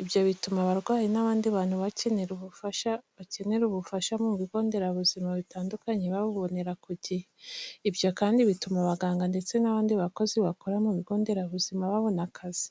ibyo bituma abarwayi n'abandi bantu bakenera ubufasha mu bigo nderabuzima bitandukanye babubonera ku jyihe. Ibyo kandi bituma abaganga ndetse n'abandi bakozi bakora mu bigo nderabuzima babona akazi.